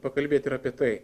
pakalbėt ir apie tai